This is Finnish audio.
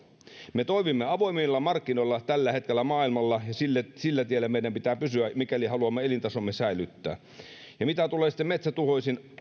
me toimimme avoimilla markkinoilla tällä hetkellä maailmalla ja sillä tiellä meidän pitää pysyä mikäli haluamme elintasomme säilyttää arvoisa puhemies mitä tulee sitten metsätuhoihin